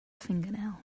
fingernail